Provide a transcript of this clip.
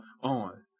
on